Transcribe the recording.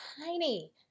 tiny